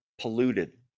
polluted